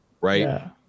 right